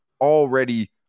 already